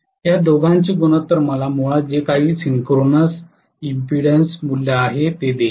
या दोघांचे गुणोत्तर मला मुळात जे काही सिंक्रोनस इम्पीडन्स मूल्य आहे ते देईल